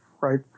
right